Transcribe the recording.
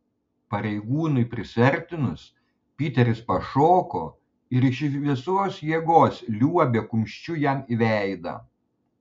pareigūnui prisiartinus piteris pašoko ir iš visos jėgos liuobė kumščiu jam į veidą